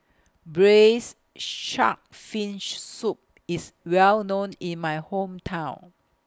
Braised Shark Fin Soup IS Well known in My Hometown